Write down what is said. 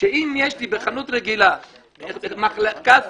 שאם יש לי בחנות רגילה מחלקה סגורה,